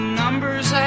numbers